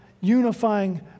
unifying